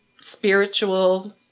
spiritual